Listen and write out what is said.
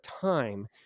time